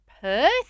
Perth